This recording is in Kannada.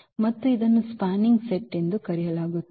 ಮತ್ತು ಇದನ್ನು ಸ್ಪ್ಯಾನಿಂಗ್ ಸೆಟ್ ಎಂದು ಕರೆಯಲಾಗುತ್ತದೆ